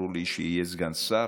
ברור לי שיהיה סגן שר,